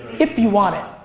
if you want it.